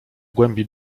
głębi